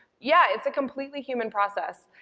yeah, it's a completely human process,